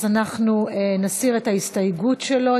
אנחנו נסיר את ההסתייגויות שלו.